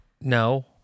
No